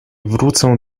wrócę